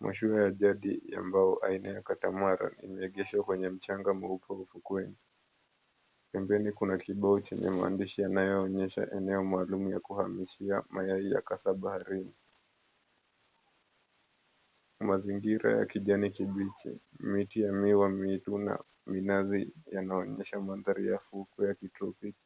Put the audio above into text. Mashua ya jadi ambayo aina ya katamara imeegeshwa kwenye mchanga mweupe wa ufukweni. Pembeni kuna kibao chenye maandishi yanayoonyesha eneo maalum ya kuhamishia mayai ya kasa baharini. Mazingira ya kijani kibichi, miti ya miwa mitu na minazi yanaonyesha mandhari ya fukwe ya kitropiki